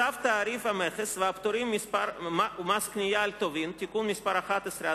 צו תעריף המכס והפטורים ומס קנייה על טובין (תיקון מס' 11),